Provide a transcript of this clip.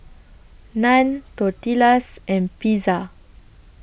Naan Tortillas and Pizza